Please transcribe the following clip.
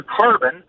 carbon